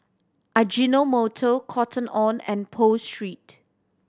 Ajinomoto Cotton On and Pho Street